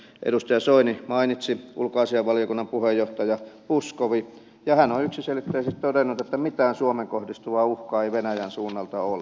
edustaja soini mainitsi ulkoasiainvaliokunnan puheenjohtaja puskovin ja hän on yksiselitteisesti todennut että mitään suomeen kohdistuvaa uhkaa ei venäjän suunnalta ole